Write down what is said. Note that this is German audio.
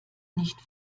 nicht